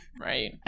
right